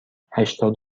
هشتاد